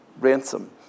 ransom